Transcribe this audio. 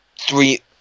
Three